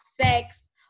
sex